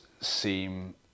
seem